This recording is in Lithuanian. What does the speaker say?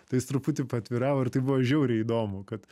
tai jis truputį paatviravo ir tai buvo žiauriai įdomu kad